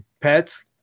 Pets